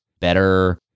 better